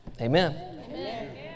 Amen